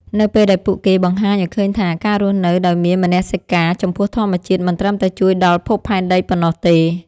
នៅពេលដែលពួកគេបង្ហាញឱ្យឃើញថា ការរស់នៅដោយមានមនសិការចំពោះធម្មជាតិមិនត្រឹមតែជួយដល់ភពផែនដីប៉ុណ្ណោះទេ។